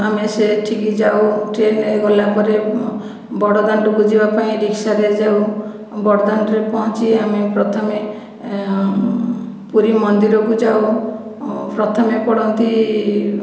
ଆମେ ସେଠିକି ଯାଉ ଟ୍ରେନ୍ରେ ଗଲାପରେ ବଡ଼ ଦାଣ୍ଡକୁ ଯିବାପାଇଁ ରିକ୍ସା ଦେହରେ ଯାଉ ବଡ଼ ଦାଣ୍ଡରେ ପହଞ୍ଚି ଆମେ ପ୍ରଥମେ ପୁରୀ ମନ୍ଦିରକୁ ଯାଉ ପ୍ରଥମେ ପଡ଼ନ୍ତି